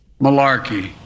malarkey